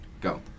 Go